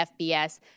FBS